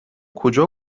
کجا